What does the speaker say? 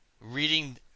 reading